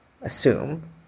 assume